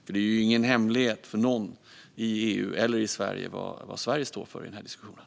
Det är inte en hemlighet för någon i EU eller i Sverige vad Sverige står för i den diskussionen.